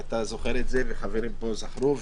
ואתה זוכר את זה וחברים פה זכרו,